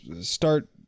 start